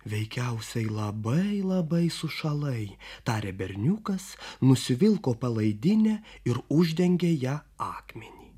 veikiausiai labai labai sušalai tarė berniukas nusivilko palaidinę ir uždengė ja akmenį